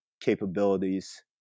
capabilities